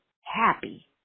happy